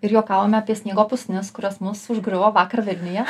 ir juokavome apie sniego pusnis kurios mus užgriuvo vakar vilniuje